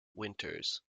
winters